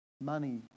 money